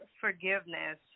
forgiveness